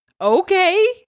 okay